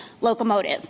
locomotive